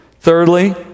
Thirdly